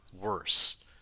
worse